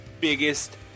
biggest